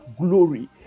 glory